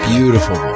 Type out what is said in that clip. Beautiful